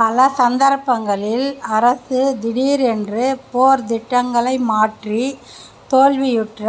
பல சந்தர்ப்பங்களில் அரசு திடீர் என்று போர்த் திட்டங்களை மாற்றி தோல்வியுற்ற